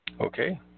Okay